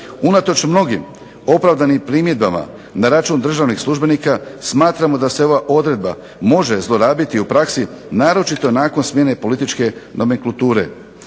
Unatoč mnogim opravdanim primjedbama na račun državnih službenika smatramo da se ova odredba može zlorabiti u praksi naročito nakon smjene političke nomenklature.